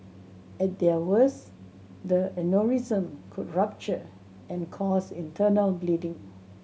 at their worst the aneurysm could rupture and cause internal bleeding